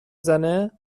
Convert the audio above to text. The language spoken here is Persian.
زنه